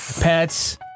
Pets